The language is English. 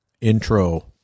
intro